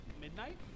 midnight